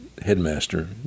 headmaster